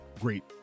great